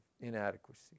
inadequacy